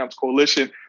Coalition